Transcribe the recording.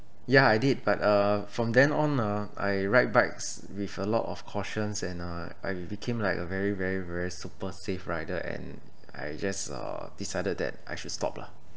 yeah I did but uh from then on uh I ride bikes with a lot of cautions and uh I became like a very very very super safe rider and I just uh decided that I should stop lah